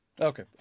Okay